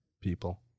people